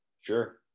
Sure